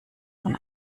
von